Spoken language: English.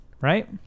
right